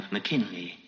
McKinley